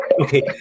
Okay